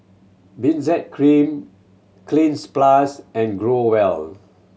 Benzac Cream Cleanz Plus and Growell